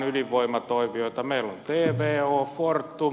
meillä on tvo fortum ja fennovoima